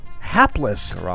Hapless